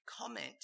comment